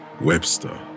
Webster